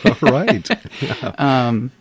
right